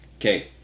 Okay